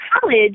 college